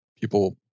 people